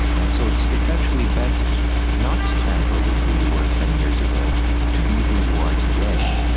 and so it's it's actually best not to tamper with who you were ten years ago to be who you are today.